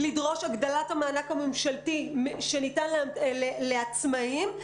לדרוש הגדלת המענק הממשלתי שניתן לעצמאים,